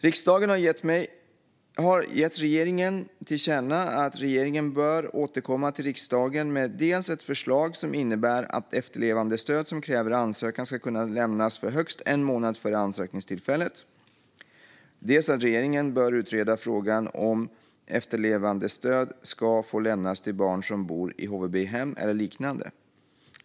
Riksdagen har gett regeringen till känna att regeringen bör återkomma till riksdagen med dels ett förslag som innebär att efterlevandestöd som kräver ansökan ska kunna lämnas för högst en månad före ansökningstillfället, dels att regeringen bör utreda frågan om efterlevandestöd ska få lämnas till barn som bor i HVB-hem eller liknande .